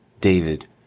David